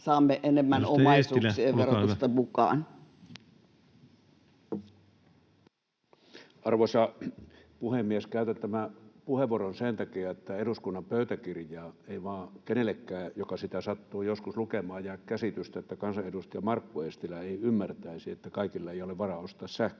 verolakien muuttamisesta Time: 18:14 Content: Arvoisa puhemies! Käytän tämän puheenvuoron sen takia, että eduskunnan pöytäkirjaan ei vain kenellekään, joka sitä sattuu joskus lukemaan, jää käsitystä, että kansanedustaja Markku Eestilä ei ymmärtäisi, että kaikilla ei ole varaa ostaa sähköautoa.